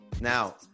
Now